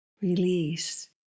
release